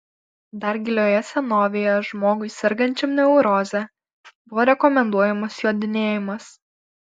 dar gilioje senovėje žmogui sergančiam neuroze buvo rekomenduojamas jodinėjimas